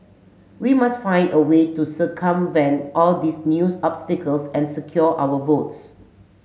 we must find a way to circumvent all these new obstacles and secure our votes